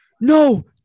No